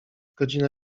godzina